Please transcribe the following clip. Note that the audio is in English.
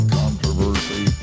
controversy